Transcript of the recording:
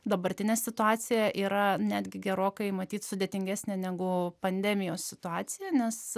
dabartinė situacija yra netgi gerokai matyt sudėtingesnė negu pandemijos situacija nes